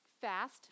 fast